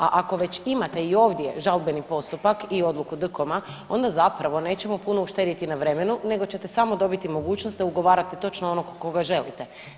A ako već imate i ovdje žalbeni postupak i odluku DKOM-a, onda zapravo nećemo puno uštediti na vremenu, nego ćete samo dobiti mogućnost da ugovarate točno onog koga želite.